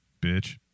Bitch